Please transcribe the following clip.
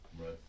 Right